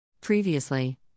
Previously